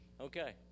okay